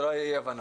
שלא יהיו אי הבנות.